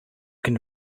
can